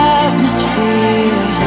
atmosphere